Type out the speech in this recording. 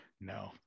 no